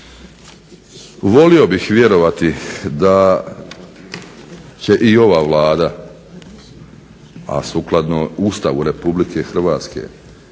Volio bih vjerovati da će i ova Vlada, a sukladno Ustavu RH,